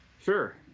Sure